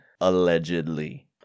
allegedly